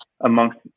amongst